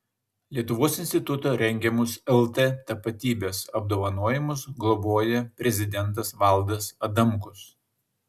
lietuvos instituto rengiamus lt tapatybės apdovanojimus globoja prezidentas valdas adamkus